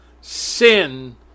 Sin